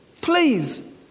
please